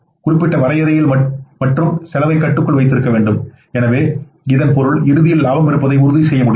குறிப்பிட்ட வரையறையில் மற்றும் செலவை கட்டுக்குள் வைத்திருக்க வேண்டும் எனவே இதன் பொருள் இறுதியில் லாபம் இருப்பதை உறுதிசெய்ய முடியும்